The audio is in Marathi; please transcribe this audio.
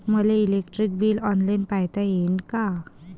मले इलेक्ट्रिक बिल ऑनलाईन पायता येईन का?